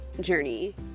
journey